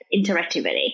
interactivity